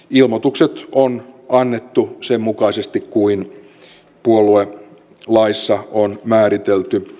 ilmoitukset on annettu sen mukaisesti kuin puoluelaissa on määritelty